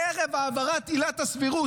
בערב העברת עילת הסבירות,